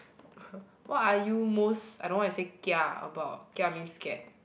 what are you most I don't know what it say kia about kia means scared